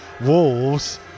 Wolves